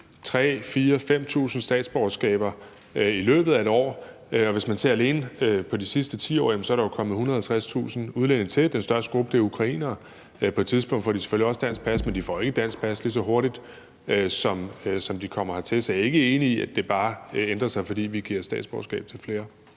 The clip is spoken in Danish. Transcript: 4.000, 5.000 statsborgerskaber i løbet af et år, og hvis man ser alene på de sidste 10 år, er der kommet 150.000 udlændinge til. Den største gruppe er ukrainere. På et tidspunkt får de selvfølgelig også dansk pas, men de får ikke dansk pas, lige så hurtigt som de kommer hertil. Så jeg er ikke enig i, at det bare ændrer sig, fordi vi giver statsborgerskab til flere.